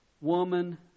woman